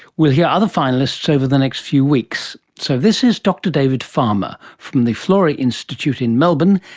we'll hear other finalists over the next few weeks. so this is dr david farmer from the florey institute in melbourne,